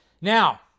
Now